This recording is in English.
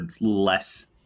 less